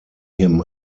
him